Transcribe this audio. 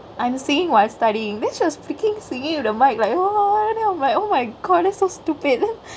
I'm singkingk while studyingk then she was freakingk singkingk in the mic like then I'm like oh my god that's so stupid